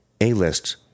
A-list